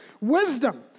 Wisdom